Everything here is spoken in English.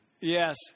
Yes